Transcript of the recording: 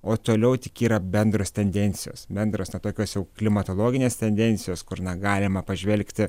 o toliau tik yra bendros tendencijos bendros na tokios jau klimatologinės tendencijos kur na galima pažvelgti